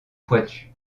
pointues